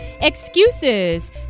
excuses